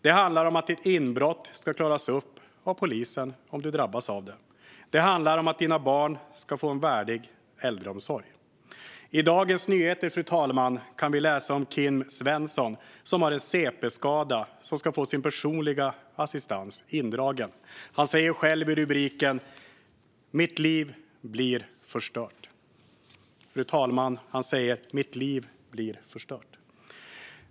Det handlar om att ett inbrott, om du drabbas av det, ska klaras upp av polisen. Det handlar om att dina barn ska få en värdig äldreomsorg. I Dagens Nyheter, fru talman, kan vi läsa om Kim Svensson, som har en cp-skada och som ska få sin personliga assistans indragen. Han säger själv i rubriken: Mitt liv blir förstört. Fru talman! Han säger: Mitt liv blir förstört.